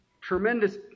tremendous